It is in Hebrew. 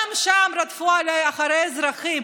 גם שם רדפו אחרי אזרחים.